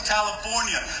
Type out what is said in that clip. California